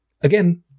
again